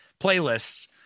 playlists